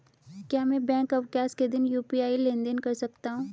क्या मैं बैंक अवकाश के दिन यू.पी.आई लेनदेन कर सकता हूँ?